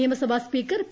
നിയമസഭാ speaker P